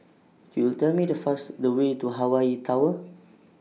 Could YOU Tell Me The First The Way to Hawaii Tower